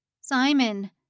Simon